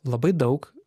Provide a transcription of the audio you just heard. labai daug